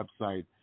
website